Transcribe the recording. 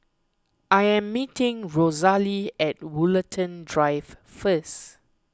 I am meeting Rosalee at Woollerton Drive first